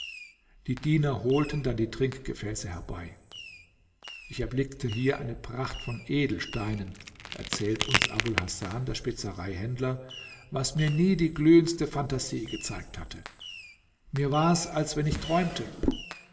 die diener holten dann die trinkgefäße herbei ich erblickte hier eine pracht von edelsteinen erzählt uns abul hasan der spezereihändler was mir nie die glühendste phantasie gezeigt hatte mir war's als wenn ich träumte